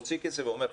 מוציא כסף ואומר,